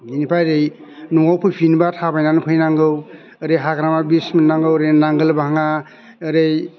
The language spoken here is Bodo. बिनिफ्राय ओरै न'आव फैफिनोब्ला थाबायनानै फैनांगौ ओरै हाग्रामा ब्रिज मोननांगौ ओरै नांगाल भाङा ओरै